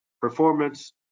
performance